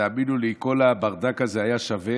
תאמינו לי, כל הברדק הזה היה שווה